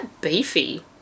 beefy